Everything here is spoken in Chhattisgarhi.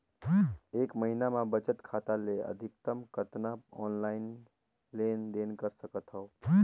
एक महीना मे बचत खाता ले अधिकतम कतना ऑनलाइन लेन देन कर सकत हव?